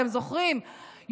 אתם זוכרים,